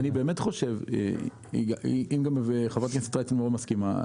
אני באמת חושב שאם גם חברת הכנסת רייטן לא מסכימה,